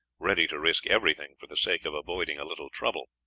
ready to risk everything for the sake of avoiding a little trouble.